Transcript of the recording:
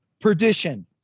perdition